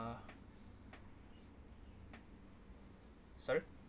sorry